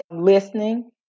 listening